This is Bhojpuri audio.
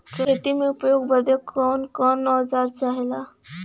खेती में उपयोग बदे कौन कौन औजार चाहेला?